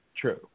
True